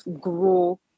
grow